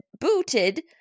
booted